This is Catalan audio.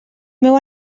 meu